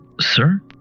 Sir